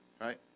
right